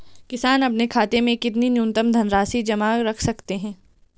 किसान अपने खाते में कितनी न्यूनतम धनराशि जमा रख सकते हैं?